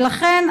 ולכן,